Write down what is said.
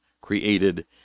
created